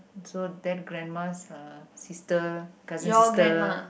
so that grandma's uh sister cousin sister